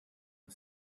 the